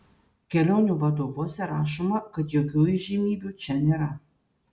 kelionių vadovuose rašoma kad jokių įžymybių čia nėra